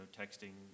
texting